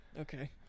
Okay